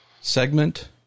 segment